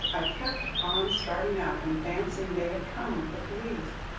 i kept on starting up, and fancying they had come with the police.